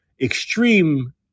extreme